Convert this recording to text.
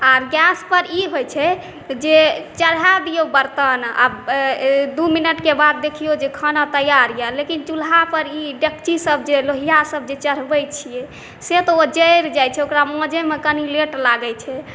आओर गैसपर ई होइत छै जे चढ़ा दियौ बर्तन आ दू मिनटके बाद देखियौ जे खाना तैआर यए लेकिन चुल्हा पर ई डेकचीसभ लोहियासभ जे चढ़बैत छियै से तऽ ओ जरि जाइत छै ओकरा मँजैमे कनि लेट लागैत छै